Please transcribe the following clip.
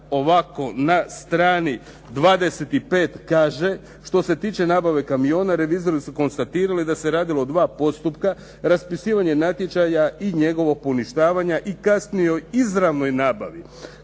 ovako na strani 25. kaže: "što se tiče nabave kamiona, revizori su konstatirali da se radilo o 2 postupka, raspisivanje natječaja i njegovog poništavanja i kasnije izravnoj nabavi.